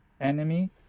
enemy